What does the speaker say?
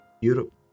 Europe